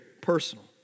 personal